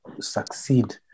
succeed